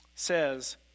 Says